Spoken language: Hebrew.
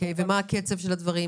מה הקצב של הדברים?